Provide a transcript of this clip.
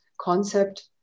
concept